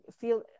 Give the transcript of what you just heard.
feel